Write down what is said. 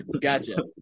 Gotcha